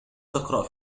تقرأ